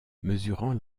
mesurant